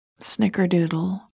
Snickerdoodle